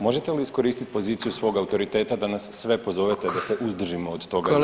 Možete li iskoristiti poziciju svog autoriteta da nas sve pozovete da se uzdržimo od toga ubuduće?